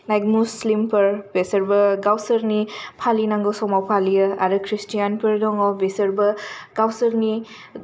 like मुस्लिमफोर बिसोरबो गावसोरनि फालिनांगौ समाव फालियो आरो खृस्तियान फोर दङ बिसोरबो गावसोरनि